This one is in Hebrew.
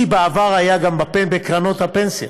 כי בעבר היה גם בקרנות הפנסיה.